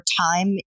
time